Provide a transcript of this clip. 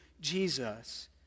Jesus